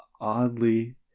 oddly